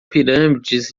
pirâmides